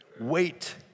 wait